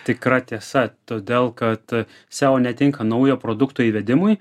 tikra tiesa todėl kad seo netinka naujo produkto įvedimui